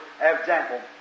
example